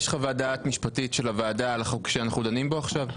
יש חוות דעת משפטית של הוועדה על החוק שאנחנו דנים בו עכשיו?